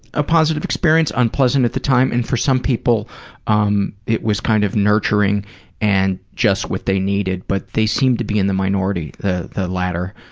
a positive experience, unpleasant at the time. and for some people um it was kind of nurturing and just what they needed. but they seem to be in the minority. the the latter.